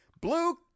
Blue